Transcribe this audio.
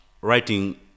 writing